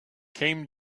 came